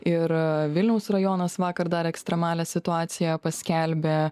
ir vilniaus rajonas vakar dar ekstremalią situaciją paskelbė